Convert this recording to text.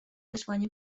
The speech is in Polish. wysłanie